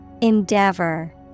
Endeavor